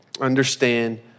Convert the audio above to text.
understand